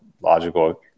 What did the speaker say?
logical